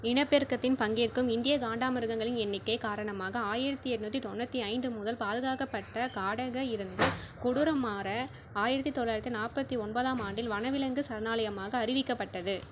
இனப்பெருக்கத்தின் பங்கேற்கும் இந்திய காண்டாமிருகங்களின் எண்ணிக்கை காரணமாக ஆயிரத்து எண்நூத்தி தொண்ணூற்றி ஐந்து முதல் பாதுகாக்கப்பட்ட காடாக இருந்து கொடுரமாற ஆயிரத்து தொள்ளாயிரத்து நாற்பத்தி ஒம்பதாம் ஆண்டில் வனவிலங்குச் சரணாலயமாக அறிவிக்கப்பட்டது